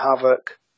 Havoc